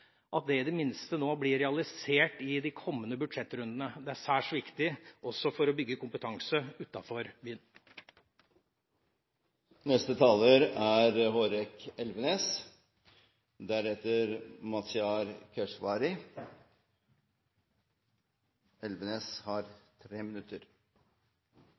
i det minste nå blir realisert i de kommende budsjettrundene. Det er særs viktig også for å bygge kompetanse